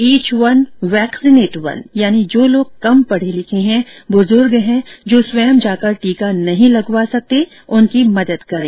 etch one vaccinate one यानि जो लोग कम पढ़े लिखे हैं बूज़र्ग हैं जो स्वयं जाकर टीका नहीं लगवा सकते उनकी मदद करें